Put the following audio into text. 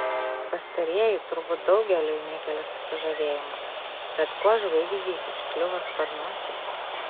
pastarieji turbūt daugeliui nekelia susižavėjimo bet kuo žvaigždei užkliuvo sparnuočiai